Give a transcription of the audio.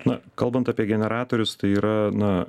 na kalbant apie generatorius tai yra na